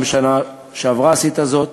גם בשנה שעברה עשית זאת.